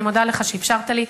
אני מודה לך שאפשרת לי,